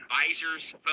advisors